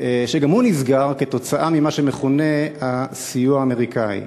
וגם הוא נסגר כתוצאה ממה שמכונה "הסיוע האמריקני".